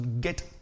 get